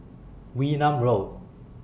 Wee Nam Road